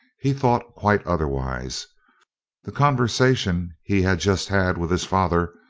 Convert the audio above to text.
he thought quite otherwise the conversation he had just had with his father,